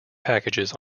packages